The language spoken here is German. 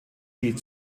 die